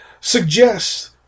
suggests